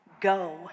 go